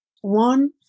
One